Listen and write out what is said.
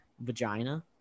vagina